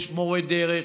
יש מורי דרך.